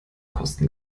kosten